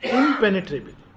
impenetrable।